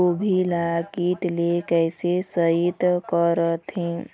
गोभी ल कीट ले कैसे सइत करथे?